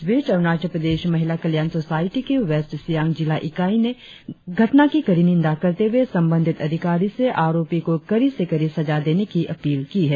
इस बीच अरुणाचल प्रदेश महिला कल्याण सोसायटि की वेस्ट सियांग जिला इकाई ने घटना की कड़ी निंदा करते हुए संबंधित अधिकारी से आरोपी को कड़ी से कड़ी सजा देने की अपील की है